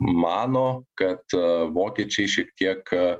mano kad vokiečiai šiek tiek